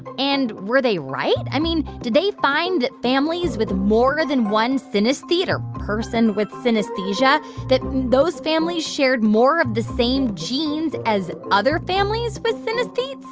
and were they right? i mean, did they find that families with more than one synesthete or person with synesthesia that those families shared more of the same genes as other families with synesthetes?